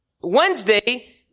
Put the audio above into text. Wednesday